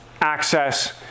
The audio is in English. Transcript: access